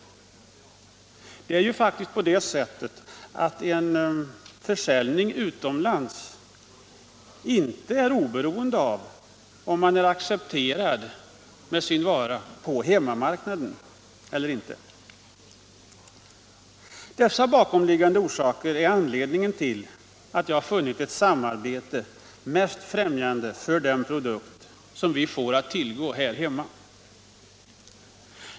Det är faktiskt på det sättet att en försäljning utomlands inte är oberoende av om man är accepterad med sin vara på hemmamarknaden eller inte. Dessa bakomliggande orsaker är anledningen till att jag funnit ett samarbete mest främjande för den produkt som vi får att tillgå här hemma.